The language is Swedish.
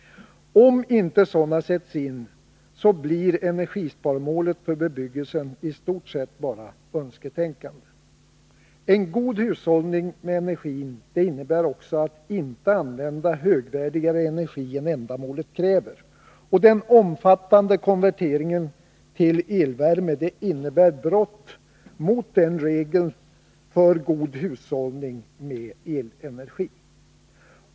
Om inte sådana sätts in blir energisparmålet för bebyggelsen i stort sett bara önsketänkande. En god hushållning med energin innebär också att inte använda högvärdigare energi än ändamålet kräver. Den omfattande konverteringen till elvärme innebär brott mot den regeln för god hushållning med elenergi.